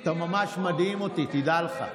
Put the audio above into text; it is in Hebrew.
אתה ממש מדהים אותי, תדע לך.